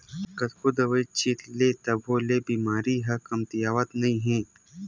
कतनो दवई छित ले तभो ले बेमारी ह कमतियावत नइ हे